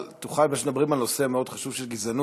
פשוט מדברים על נושא מאוד חשוב של גזענות.